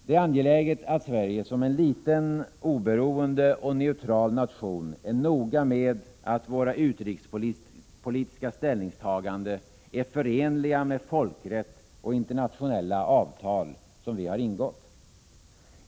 Det är angeläget, att Sverige som en liten, oberoende och neutral nation är noga med att våra utrikespolitiska ställningstaganden är förenliga med folkrätt och internationella avtal som vi har ingått.